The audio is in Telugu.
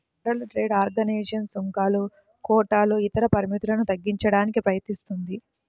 వరల్డ్ ట్రేడ్ ఆర్గనైజేషన్ సుంకాలు, కోటాలు ఇతర పరిమితులను తగ్గించడానికి ప్రయత్నిస్తుంది